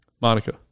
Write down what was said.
Monica